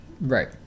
Right